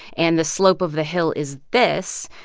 and the slope of the hill is this.